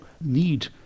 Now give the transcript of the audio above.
need